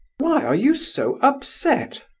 why are you so upset?